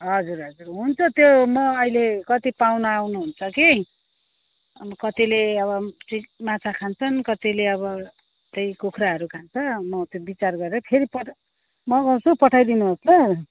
हजुर हजुर हुन्छ त्यो म अहिले कति पाहुना आउनुहुन्छ कि अनि कतिले अब फ्रेस माछा खान्छन् कतिले अब त्यही कुखुराहरू खान्छ म त्यो विचार गरेर फेरि पठाउ मगाउँछु पठाइदिनु होस् ल